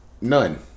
None